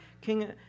King